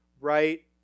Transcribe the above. right